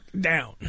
down